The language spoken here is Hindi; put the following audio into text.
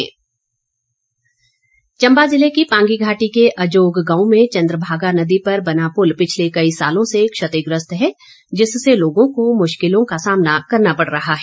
मांग चंबा जिले की पांगी घाटी के अजोग गांव में चंद्रभागा नदी पर बना पुल पिछले कई सालों से क्षतिग्रस्त है जिससे लोगों को मुश्किलों का सामना करना पड़ रहा है